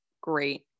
great